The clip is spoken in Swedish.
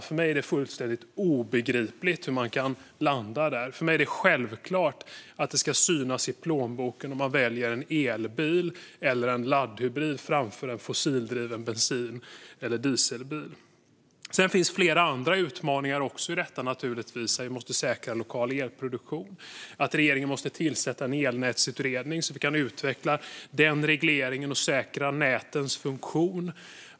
För mig är det fullständigt obegripligt hur man kan landa där. För mig är det självklart att det ska synas i plånboken om man väljer en elbil eller en laddhybrid framför en fossildriven bensin eller dieselbil. Det finns naturligtvis flera andra utmaningar i detta. Vi måste säkra lokal elproduktion. Regeringen måste tillsätta en elnätsutredning så att vi kan utveckla den regleringen och säkra nätens funktion.